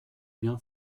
bien